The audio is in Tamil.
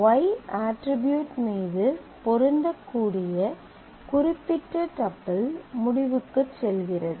Y அட்ரிபியூட் மீது பொருந்தக்கூடிய குறிப்பிட்ட டப்பிள் முடிவுக்கு செல்கிறது